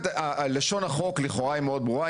לשון החוק לכאורה היא מאוד ברורה,